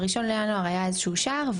ב-1 בינואר היה איזשהו שער,